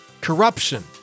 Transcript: corruption